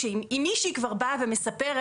כי אם מישהי כבר באה ומספרת,